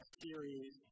series